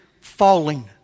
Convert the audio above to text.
falling